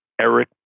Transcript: Eric